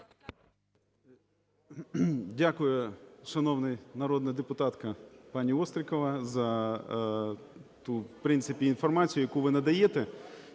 Дякую, шановна народна депутатка пані Острікова, за ту, в принципі, інформацію, яку ви надаєте.